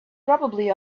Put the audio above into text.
probably